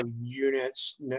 units